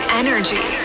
energy